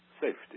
safety